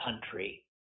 country